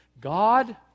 God